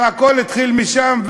הכול התחיל משם,